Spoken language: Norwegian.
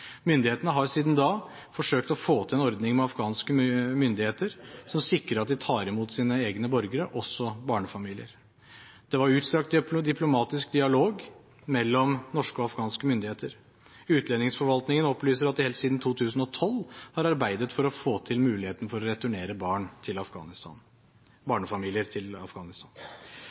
Myndighetene har siden da forsøkt å få til en ordning med afghanske myndigheter som sikrer at de tar imot sine egne borgere, også barnefamilier. Det var utstrakt diplomatisk dialog mellom norske og afghanske myndigheter. Utlendingsforvaltningen opplyser at de helt siden 2012 har arbeidet for å få mulighet til å returnere barnefamilier til Afghanistan.